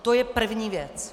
To je první věc.